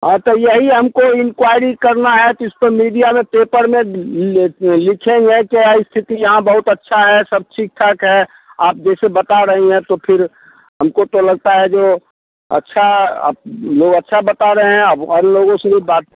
हाँ तो यहीं हमको इंक्वाइरी करना है कि इसपे मीडिया में पेपर में लिखेंगे क्या स्थिति यहाँ बहुत अच्छा है सब ठीक ठाक है आप जैसे बता रही हैं तो फिर हमको तो लगता है जो अच्छा लोग अच्छा बता रहे हैं अब और लोगों से भी बात